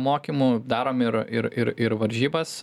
mokymų darom ir ir ir ir varžybas